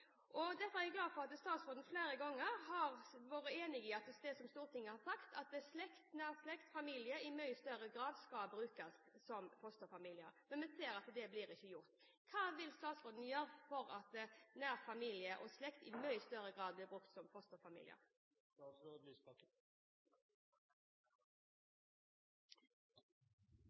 Derfor er jeg glad for at statsråden flere ganger har vært enig i det som Stortinget har sagt, at nær slekt og familie i mye større grad skal brukes som fosterfamilier. Men vi ser at det blir ikke gjort. Hva vil statsråden gjøre for at nær familie og slekt i mye større grad blir brukt som